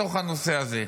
בתוך הנושא הזה.